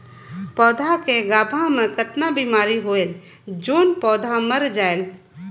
पौधा के गाभा मै कतना बिमारी होयल जोन पौधा मर जायेल?